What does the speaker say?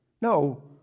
no